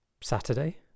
Saturday